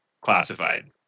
classified